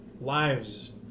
lives